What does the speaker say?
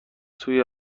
توی